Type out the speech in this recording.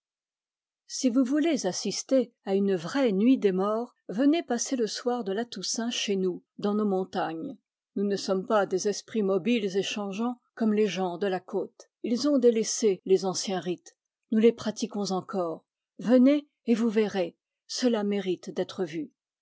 si vous voulez assister à une vraie nuit des morts venez passer le soir de la toussaint chez nous dans nos montagnes nous ne sommes pas des esprits mobiles et changeants comme les gens de la côte ils ont délaissé les anciens rites nous les pratiquons encore venez et vous verrez cela mérite d'être vu